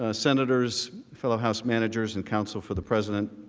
ah senators, fellow house managers and counsel for the president,